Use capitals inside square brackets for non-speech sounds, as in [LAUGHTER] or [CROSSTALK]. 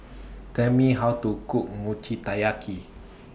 [NOISE] Tell Me How to Cook Mochi Taiyaki